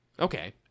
Okay